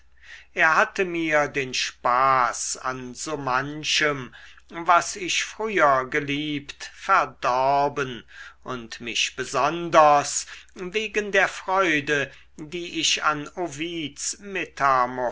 er hatte mir den spaß an so manchem was ich früher geliebt verdorben und mich besonders wegen der freude die ich an